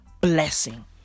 blessing